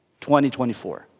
2024